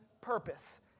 purpose